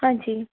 ਹਾਂਜੀ